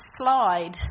slide